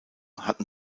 hatten